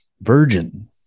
virgin